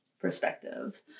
perspective